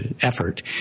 effort